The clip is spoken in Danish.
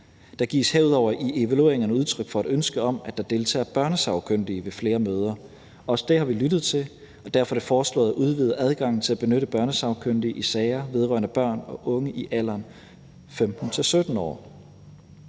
Der gives herudover i evalueringerne udtryk for et ønske om, at der deltager børnesagkyndige ved flere møder. Også det har vi lyttet til, og derfor er det forEslået at udvide adgangen til at benytte børnesagkyndige i sager vedrørende børn og unge i alderen 15-17 år.